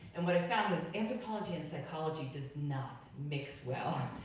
and what i found is anthropology and psychology does not mix well.